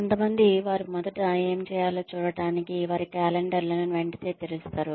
కొంతమంది వారు మొదట ఏమి చేయాలో చూడటానికి వారి క్యాలెండర్ల ను వెంటనే తెరుస్తారు